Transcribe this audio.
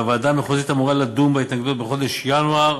והוועדה המחוזית אמורה לדון בהתנגדויות בחודש ינואר